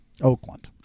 Oakland